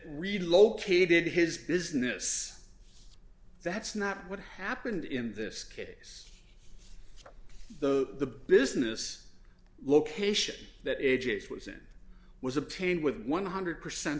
relocated his business that's not what happened in this case though the business location that agents was in was obtained with one hundred percent